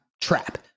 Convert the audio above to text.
trap